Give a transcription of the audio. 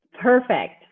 Perfect